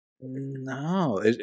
No